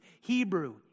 Hebrew